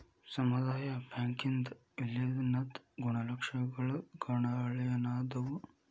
ಸಮುದಾಯ ಬ್ಯಾಂಕಿಂದ್ ವಿಲೇನದ್ ಗುಣಲಕ್ಷಣಗಳೇನದಾವು?